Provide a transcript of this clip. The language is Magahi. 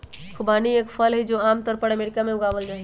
खुबानी एक फल हई, जो आम तौर पर अमेरिका में उगावल जाहई